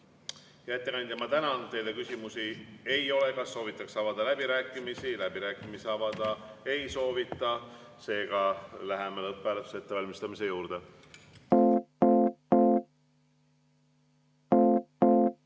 ettekandja, tänan! Teile küsimusi ei ole. Kas soovitakse avada läbirääkimisi? Läbirääkimisi avada ei soovita, seega läheme lõpphääletuse ettevalmistamise juurde.